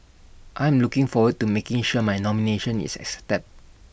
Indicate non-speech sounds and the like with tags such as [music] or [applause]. I'm looking forward to making sure my nomination is [unintelligible]